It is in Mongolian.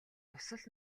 дусал